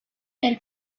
elle